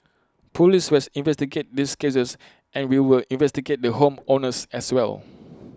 Police will investigate these cases and we'll investigate the home owners as well